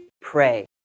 pray